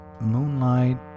Moonlight